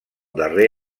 darrer